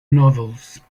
novels